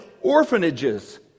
orphanages